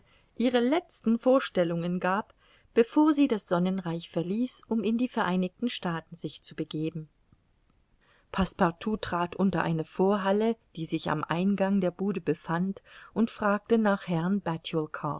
ihre letzten vorstellungen gab bevor sie das sonnenreich verließ um in die vereinigten staaten sich zu begeben passepartout trat unter eine vorhalle die sich am eingang der bude befand und fragte nach herrn